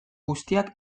guztiak